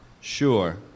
Sure